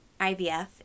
IVF